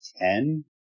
ten